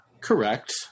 correct